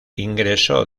ingresó